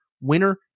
Winner